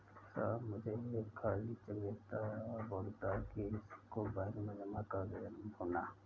सौरभ मुझे एक खाली चेक देता है और बोलता है कि इसको बैंक में जा कर भुना लो